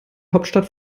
hauptstadt